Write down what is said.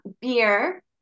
beer